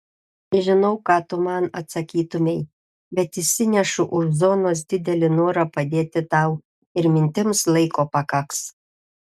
žinau ką tu man atsakytumei bet išsinešu už zonos didelį norą padėti tau ir mintims laiko pakaks